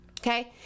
Okay